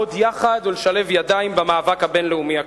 לעמוד יחד ולשלב ידיים במאבק הבין-לאומי הקשה.